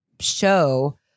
show